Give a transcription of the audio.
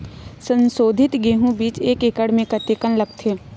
संसोधित गेहूं बीज एक एकड़ म कतेकन लगथे?